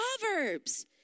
Proverbs